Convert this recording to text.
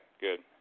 good